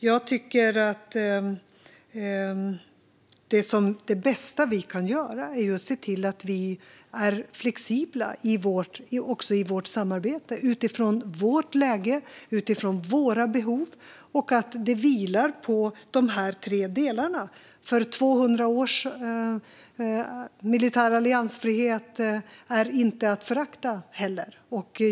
Jag tycker att det bästa vi kan göra är att se till att vi är flexibla i vårt samarbete, utifrån vårt läge och våra behov, och att samarbetet vilar på de tre delarna, för 200 års alliansfrihet är inte att förakta.